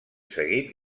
seguit